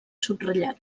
subratllat